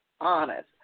honest